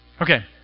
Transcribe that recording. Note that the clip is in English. Okay